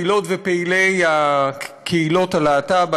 פעילות ופעילי קהילות הלהט"ב,